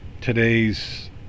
today's